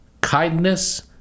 kindness